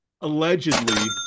Allegedly